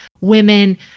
women